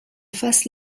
fasse